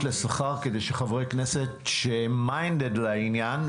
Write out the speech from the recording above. לשכר כדי שחברי כנסת שמיינדד לעניין,